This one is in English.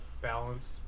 balanced